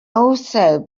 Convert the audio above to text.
also